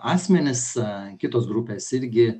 asmenis kitos grupės irgi